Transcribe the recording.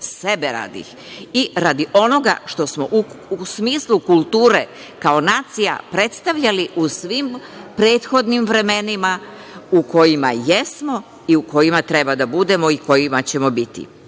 sebe radi i radi onoga što smo u smislu kulture kao nacija predstavljali u svim prethodnim vremenima u kojima jesmo i u kojima treba da budemo i u kojima ćemo